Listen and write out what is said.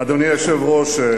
אדוני היושב-ראש,